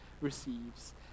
receives